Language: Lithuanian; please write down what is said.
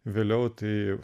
vėliau tai